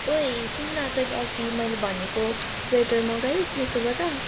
ओए सुन् न तैँले अस्ति मैले भनेको स्वेटर मगाइस् मेसोबाट